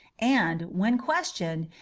and, when questioned,